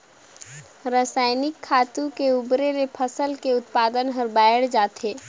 रसायनिक खातू के बउरे ले फसल के उत्पादन हर बायड़ जाथे